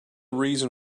reason